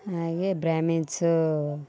ಹಾಗೇ ಬ್ರಾಮಿನ್ಸು